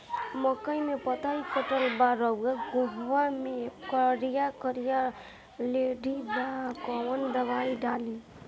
मकई में पतयी कटल बा अउरी गोफवा मैं करिया करिया लेढ़ी बा कवन दवाई डाली?